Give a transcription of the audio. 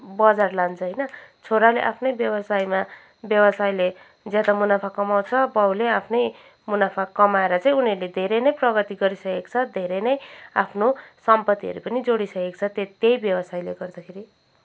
बजार लान्छ होइन छोराले आफ्नै व्यवसायमा व्यवसायले ज्यादा मुनाफा कमाउँछ बाउले आफ्नै मुनाफा कमाएर चाहिँ उनीहरूले धेरै नै प्रगति गरिसकेको छ धेरै नै आफ्नो सम्पत्तिहरू पनि जोडिसकेको छ त्यही व्यवसायले गर्दाखेरि